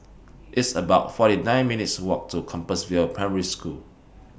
It's about forty nine minutes' Walk to Compassvale Primary School